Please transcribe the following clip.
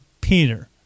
Peter